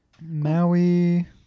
Maui